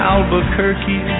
Albuquerque